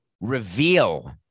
reveal